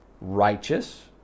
righteous